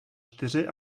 čtyři